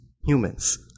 humans